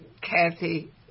Kathy